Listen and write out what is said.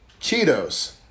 Cheetos